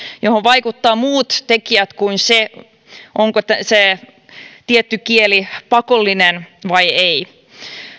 johon vaikuttavat muut tekijät kuin se onko se tietty kieli pakollinen vai ei